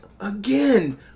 again